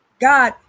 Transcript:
God